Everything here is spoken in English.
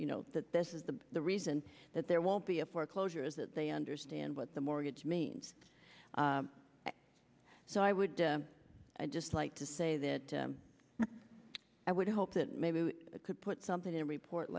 you know that this is the the reason that there won't be a foreclosure is that they understand what the mortgage means so i would just like to say that i would hope that maybe you could put something in a report